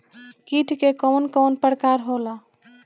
कीट के कवन कवन प्रकार होला?